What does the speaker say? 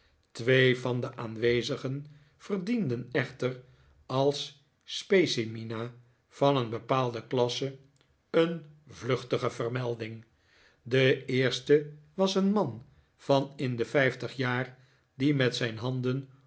twee van de aanwezigen verdienen echter als specimina van een bepaalde klasse een vluchtige vermelding de eerste was een man van in de vijftig jaar die met zijn handen